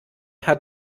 hat